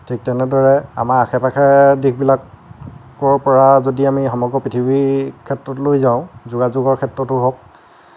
ঠিক তেনেদৰে আমাৰ আশে পাশে দেশবিলাকৰ পৰা যদি আমি সমগ্ৰ পৃথিৱীৰ ক্ষেত্ৰলৈ যাওঁ যোগাযোগৰ ক্ষেত্ৰতো হওক